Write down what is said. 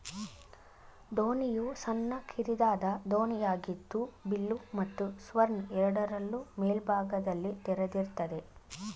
ದೋಣಿಯು ಸಣ್ಣ ಕಿರಿದಾದ ದೋಣಿಯಾಗಿದ್ದು ಬಿಲ್ಲು ಮತ್ತು ಸ್ಟರ್ನ್ ಎರಡರಲ್ಲೂ ಮೇಲ್ಭಾಗದಲ್ಲಿ ತೆರೆದಿರ್ತದೆ